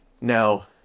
now